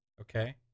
Okay